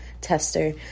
tester